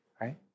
right